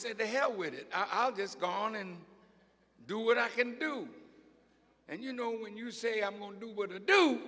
to hell with it i'll just gone and do what i can do and you know when you say i'm going to do what